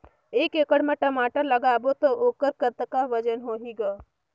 एक एकड़ म टमाटर लगाबो तो ओकर कतका वजन होही ग?